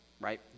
right